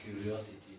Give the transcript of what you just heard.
curiosity